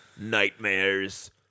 Nightmares